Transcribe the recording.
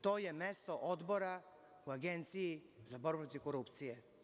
To je mesto odbora u Agenciji za borbu protiv korupcije.